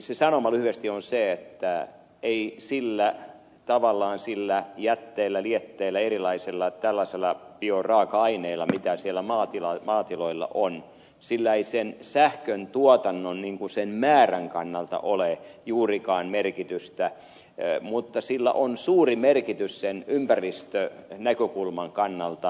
se sanoma lyhyesti on se että ei tavallaan sillä jätteellä lietteellä tällaisella erilaisella bioraaka aineella mitä siellä maatiloilla on sen sähköntuotannon määrän kannalta ole juurikaan merkitystä mutta sillä on suuri merkitys sen ympäristönäkökulman kannalta